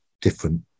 different